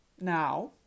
now